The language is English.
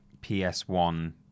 ps1